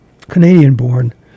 Canadian-born